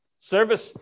Service